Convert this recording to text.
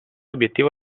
obiettivo